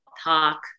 talk